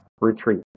retreat